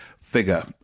figure